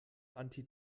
anti